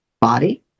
body